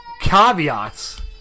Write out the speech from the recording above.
caveats